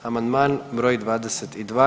Amandman broj 22.